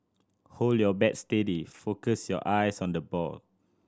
hold your bat steady focus your eyes on the ball